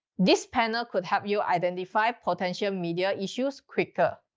this panel could help you identify potential media issues quicker.